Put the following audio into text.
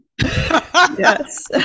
yes